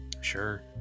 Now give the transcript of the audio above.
Sure